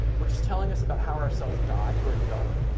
which is telling us about how our cells die during development,